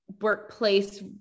workplace